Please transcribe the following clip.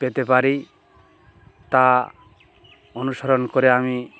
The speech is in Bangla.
পেতে পারি তা অনুসরণ করে আমি